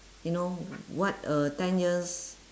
you know what uh ten years